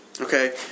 Okay